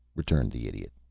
returned the idiot.